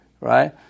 right